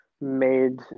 made